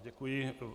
Děkuji.